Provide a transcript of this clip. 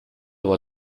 war